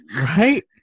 Right